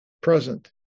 present